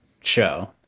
show